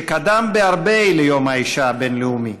שקדם בהרבה ליום האישה הבין-לאומי.